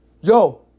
yo